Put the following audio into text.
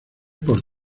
por